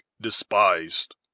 despised